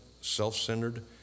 self-centered